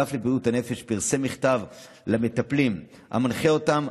האגף לבריאות הנפש פרסם מכתב למטפלים המנחה אותם